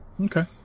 Okay